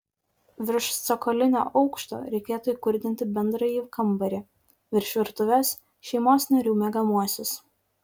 virš cokolinio aukšto reikėtų įkurdinti bendrąjį kambarį virš virtuvės šeimos narių miegamuosius